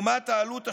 לעומת העלות השולית,